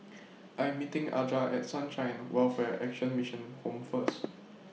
I Am meeting Aja At Sunshine Welfare Action Mission Home First